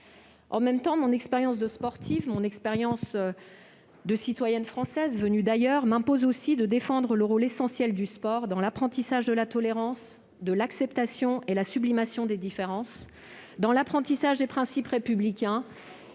En même temps, mon expérience de sportive et de citoyenne française venue d'ailleurs m'impose de défendre le rôle essentiel du sport dans l'apprentissage de la tolérance, de l'acceptation et de la « sublimation » des différences, dans l'appropriation des principes républicains